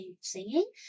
singing